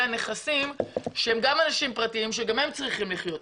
הנכסים שהם גם אנשים פרטיים וגם הם צריכים לחיות,